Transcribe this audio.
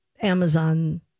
Amazon